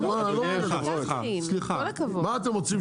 מה אתם רוצים?